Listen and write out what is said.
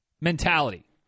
mentality